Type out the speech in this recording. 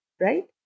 right